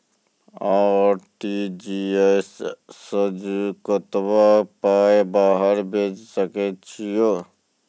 RTGS सअ कतबा पाय बाहर भेज सकैत छी?